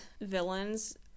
villains